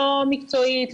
לא מקצועית,